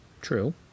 True